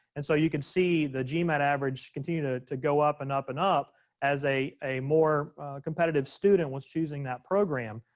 and so you could see the gmat average continue to to go up and up and up as a a more competitive student was choosing that program.